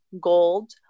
gold